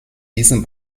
diesem